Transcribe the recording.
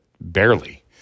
barely